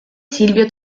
silvio